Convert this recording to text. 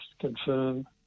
confirm